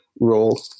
role